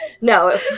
No